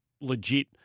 legit